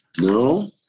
No